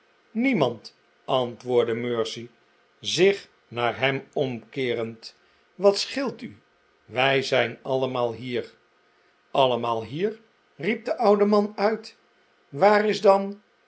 niemand antwoordde mercy zich naar hem omkeerend wat scheelt u wij zijn allemaal hier allemaal hier riep de oude man uit waar is dan